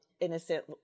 innocent